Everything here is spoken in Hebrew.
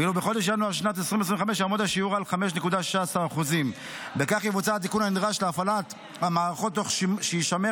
ואילו בחודש ינואר 2025 יעמוד השיעור על 5.16%. בכך יבוצע התיקון הנדרש להפעלת המערכות תוך שיישמר